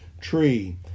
tree